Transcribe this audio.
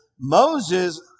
Moses